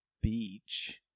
beach